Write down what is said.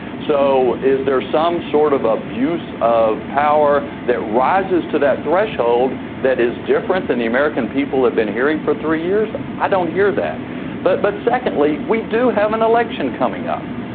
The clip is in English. so is there some sort of abuse of power that rises to that threshold that is different than the american people have been hearing for three years. i don't hear that but. but secondly we do have an election coming up.